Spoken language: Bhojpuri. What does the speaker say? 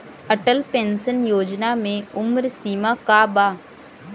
अटल पेंशन योजना मे उम्र सीमा का बा?